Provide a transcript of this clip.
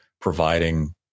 providing